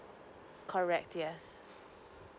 correct yes